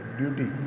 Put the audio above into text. duty